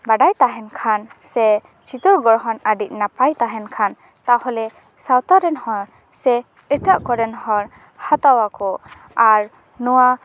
ᱵᱟᱰᱟᱭ ᱛᱟᱦᱮᱱ ᱠᱷᱟᱱ ᱥᱮ ᱪᱤᱛᱟᱹᱨ ᱜᱚᱲᱦᱚᱱ ᱟ ᱰᱤ ᱱᱟᱯᱟᱭ ᱛᱟᱦᱮᱱ ᱠᱷᱟᱱ ᱛᱟᱦᱚᱞᱮ ᱥᱟᱶᱛᱟ ᱨᱮᱱ ᱦᱚᱲ ᱥᱮ ᱮᱴᱟᱜ ᱠᱚᱨᱮᱱ ᱦᱚᱲ ᱦᱟᱛᱟᱣᱟ ᱠᱚ ᱟᱨ ᱱᱚᱣᱟ